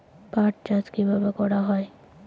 পাট চাষ কীভাবে করা হয়?